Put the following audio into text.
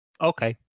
Okay